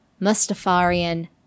Mustafarian